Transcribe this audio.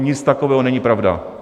Nic takového není pravda.